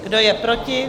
Kdo je proti?